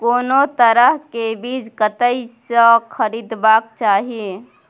कोनो तरह के बीज कतय स खरीदबाक चाही?